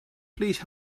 please